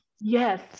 yes